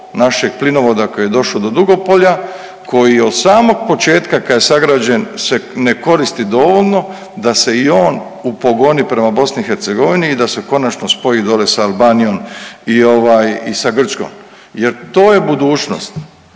našeg plinovoda koji je došao do Dugopolja koji je od samog početka kad je sagrađen se ne koristi dovoljno da se i on upogoni prema BiH i da se konačno spoji dole sa Albanijom i ovaj i sa Grčkom jer to je budućnost.